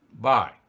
Bye